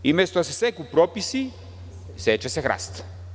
Umesto da se seku propisi, seče se hrast.